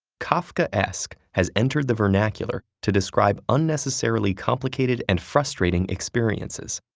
kafkaesque has entered the vernacular to describe unnecessarily complicated and frustrating experiences,